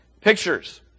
pictures